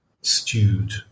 stewed